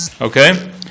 Okay